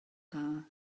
dda